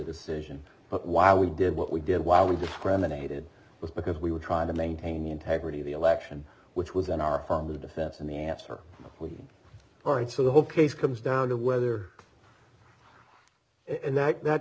decision but why we did what we did while we discriminated was because we were trying to maintain the integrity of the election which was in our form the defense and the answer we are in so the whole case comes down to whether that